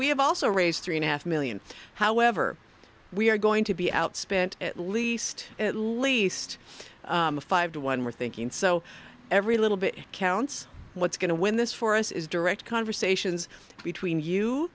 we have also raised three and a half million however we are going to be outspent at least at least five to one we're thinking so every little bit counts what's going to win this for us is direct conversations between you